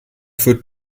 führt